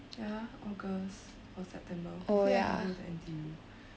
ya august or september hopefully I can go to N_T_U